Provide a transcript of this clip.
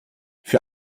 für